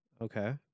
Okay